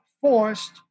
forced